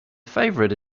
favourite